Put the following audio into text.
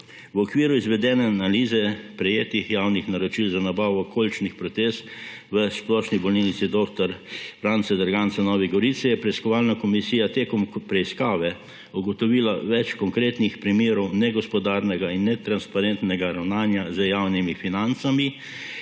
V okviru izvedene analize prejetih javnih naročil za nabavo kolčnih protez v Splošni bolnišnici dr. Franca Derganca v Novi Gorici je preiskovalna komisija tekom preiskave ugotovila več konkretnih primerih negospodarnega in netransparentnega ravnanja z javnimi financami,